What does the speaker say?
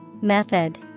Method